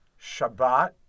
Shabbat